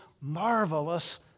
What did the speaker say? marvelous